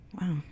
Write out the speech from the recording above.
wow